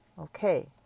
Okay